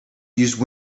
use